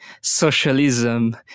socialism